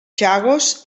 chagos